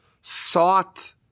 sought